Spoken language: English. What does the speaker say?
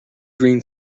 green